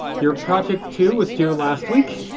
your project two was due last week.